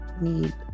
need